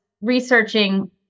researching